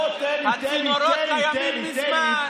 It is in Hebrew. הצינורות קיימים מזמן,